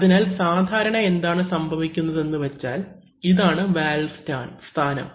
അതിനാൽ സാധാരണ എന്താണ് സംഭവിക്കുന്നത് എന്ന് വെച്ചാൽ ഇതാണ് വാൽവ് സ്ഥാനം